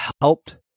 helped